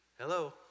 Hello